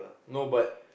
no but